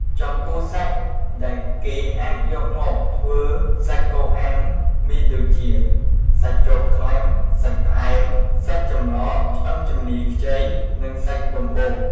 ចំពោះសាច់ដែលគេអាចយកមកធ្វើសាច់គោអាំងមានដូចជា សាច់ជាប់ខ្លាញ់ សាច់ផ្អែម សាច់ចំឡក ឆ្អឹងជំនីខ្ចី និងសាច់ដុំបូក។